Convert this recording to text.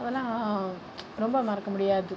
அதெலாம் ரொம்ப மறக்க முடியாது